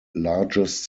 largest